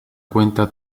cuenta